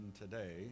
today